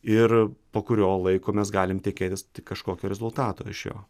ir po kurio laiko mes galim tikėtis kažkokio rezultato iš jo